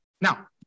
Now